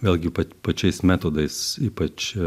vėlgi pat pačiais metodais ypač